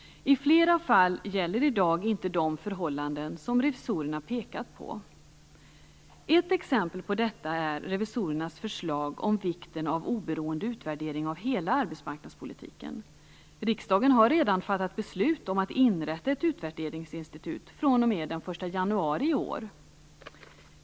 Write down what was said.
I flera fall gäller i dag inte de förhållanden som revisorerna pekat på. Ett exempel på detta är revisorernas förslag om vikten av oberoende utvärdering av hela arbetsmarknadspolitiken. Riksdagen har redan fattat beslut om att inrätta ett utvärderingsinstitut fr.o.m. den 1 januari i år.